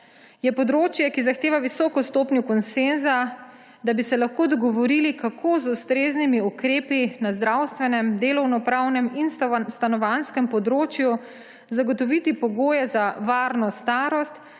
Je področje, ki zahteva visoko stopnjo konsenza, da bi se lahko dogovorili, kako z ustreznimi ukrepi na zdravstvenem, delovnopravnem in stanovanjskem področju zagotoviti pogoje za varno starost